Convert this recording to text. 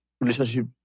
relationship